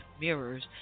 mirrors